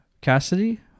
Cassidy